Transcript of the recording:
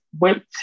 went